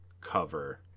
cover